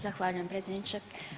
Zahvaljujem predsjedniče.